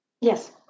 Yes